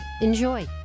Enjoy